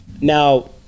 Now